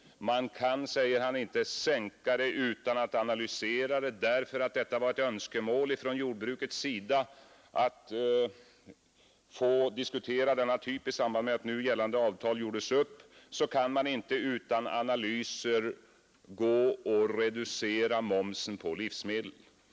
Man kan, säger han, inte sänka momsen utan att analysera situationen. Eftersom det var ett önskemål från jordbrukets sida att få diskutera denna typ i samband med att nu gällande avtal gjordes upp, kan man inte utan analyser reducera momsen på livsmedel.